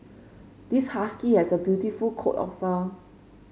this husky has a beautiful coat of fur